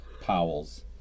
Powell's